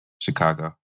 Chicago